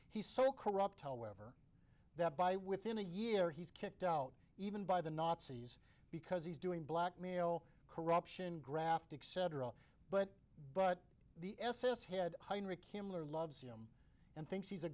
he's so corrupt however that by within a year he's kicked out even by the nazis because he's doing blackmail corruption graft dick cetera but but the s s head heinrich himmler loves him and thinks he's a